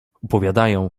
opowiadają